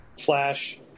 Flash